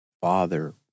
father